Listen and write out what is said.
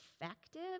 effective